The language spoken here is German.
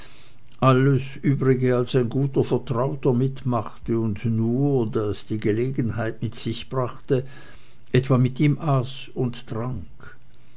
alles übrige als ein guter vertrauter mitmachte und nur da es die gelegenheit mit sich brachte etwa mit ihm aß und trank